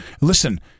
listen